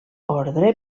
ordre